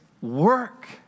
work